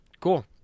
Cool